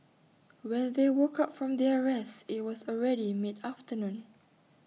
when they woke up from their rest IT was already mid afternoon